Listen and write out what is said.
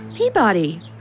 Peabody